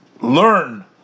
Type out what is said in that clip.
learn